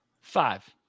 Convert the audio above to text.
Five